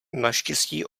naštěstí